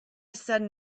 sudden